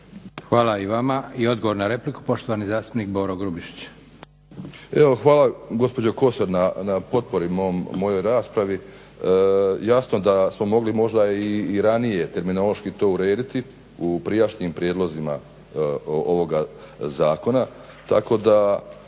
Hvala i vama. I odgovor na repliku, poštovani zastupnik Boro Grubišić. **Grubišić, Boro (HDSSB)** Hvala gospođo Kosor na potpori mojoj raspravi. Jasno da smo mogli možda i ranije terminološki to urediti u prijašnjim prijedlozima ovoga zakona